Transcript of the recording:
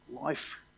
life